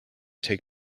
take